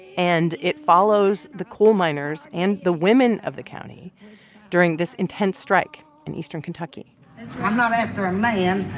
and it follows the coal miners and the women of the county during this intense strike in eastern kentucky i'm not after a man.